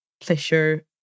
pleasure